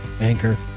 anchor